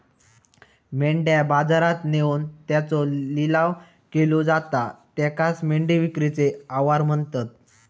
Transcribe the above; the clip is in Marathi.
मेंढ्या बाजारात नेऊन त्यांचो लिलाव केलो जाता त्येकाचं मेंढी विक्रीचे आवार म्हणतत